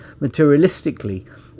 materialistically